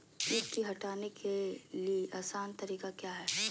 किट की हटाने के ली आसान तरीका क्या है?